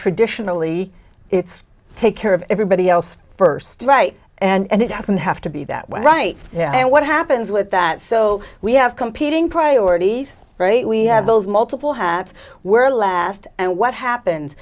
traditionally it's take care of everybody else first right and it doesn't have to be that way right now and what happens with that so we have competing priorities right we have those multiple hats were last and what happens